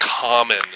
common